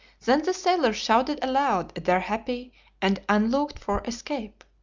then the sailors shouted aloud at their happy and unlooked-for escape,